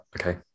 okay